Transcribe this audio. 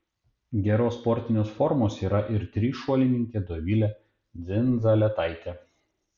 geros sportinės formos yra ir trišuolininkė dovilė dzindzaletaitė